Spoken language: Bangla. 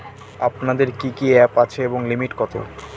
আপনাদের কি কি অ্যাপ আছে এবং লিমিট কত?